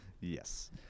Yes